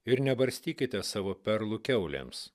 ir nebarstykite savo perlų kiaulėms